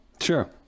Sure